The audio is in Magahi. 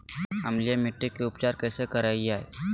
अम्लीय मिट्टी के उपचार कैसे करियाय?